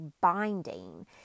binding